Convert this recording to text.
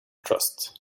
trust